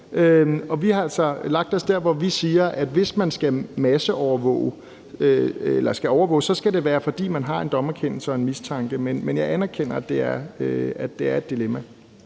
altså lagt os der, hvor vi siger, at hvis man skal overvåge, skal det være, fordi man har en dommerkendelse og en mistanke. Men jeg anerkender, at det er et dilemma.